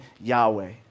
Yahweh